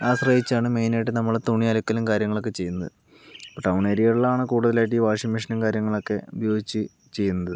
ആശ്രയിച്ചാണ് മെയിനായിട്ട് നമ്മൾ തുണി അലക്കലും കാര്യങ്ങളൊക്കെ ചെയ്യുന്നത് ടൗൺ ഏരിയകളിലാണ് കൂടുതലായിട്ടും ഈ വാഷിംഗ് മെഷീനും കാര്യങ്ങളൊക്കെ ഉപയോഗിച്ച് ചെയ്യുന്നത്